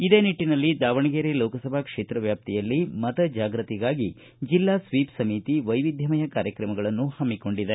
ಇದೇ ನಿಟ್ಟನಲ್ಲಿ ದಾವಣಗೆರೆ ಲೋಕಸಭಾ ಕೇತ್ರ ವ್ಯಾಪ್ತಿಯಲ್ಲಿ ಮತ ಜಾಗ್ಯತಿಗಾಗಿ ಜಿಲ್ಲಾ ಸ್ವೀಪ್ ಸಮಿತಿ ವೈವಿಧ್ಯಮಯ ಕಾರ್ಯಕ್ರಮಗಳನ್ನು ಹಮ್ಮಿಕೊಂಡಿದೆ